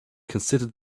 considered